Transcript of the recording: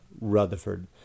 Rutherford